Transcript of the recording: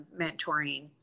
mentoring